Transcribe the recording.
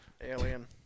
alien